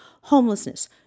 homelessness